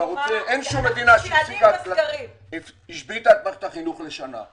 אין שום מדינה שהשביתה את מערכת החינוך לשנה.